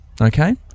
okay